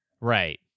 Right